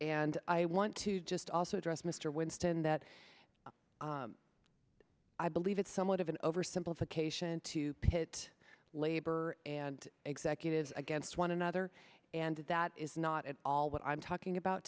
and i want to just also address mr winston that i believe it's somewhat of an oversimplification to pit labor and executives against one another and that is not at all what i'm talking about